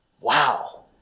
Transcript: wow